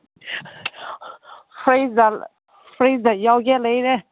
ꯍꯣꯏ ꯍꯣꯏꯗ ꯌꯥꯎꯒꯦ ꯂꯩꯔꯦ